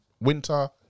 winter